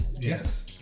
Yes